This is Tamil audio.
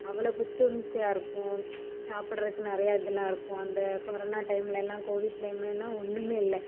அவ்வளோ புத்துணர்ச்சியாக இருக்கும் சாப்பிட்றதுக்கு நிறைய இதலாம் இருக்கும் அந்த கொரோனா டைம்லல்லாம் கோவிட் டைம்லெலாம் ஒன்றுமே இல்லை